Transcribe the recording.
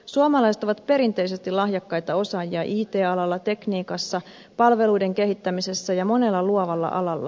suomalaiset ovat perinteisesti lahjakkaita osaajia it alalla tekniikassa palveluiden kehittämisessä ja monella luovalla alalla